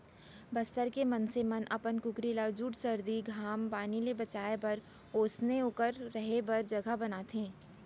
बस्तर के मनसे मन अपन कुकरी ल जूड़ सरदी, घाम पानी ले बचाए बर ओइसनहे ओकर रहें बर जघा बनाए रथें